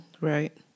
Right